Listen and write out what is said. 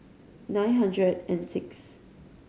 nine hundred and sixth